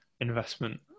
investment